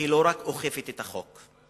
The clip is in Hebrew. לא רק אוכפת את החוק,